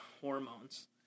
hormones